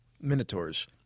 Minotaurs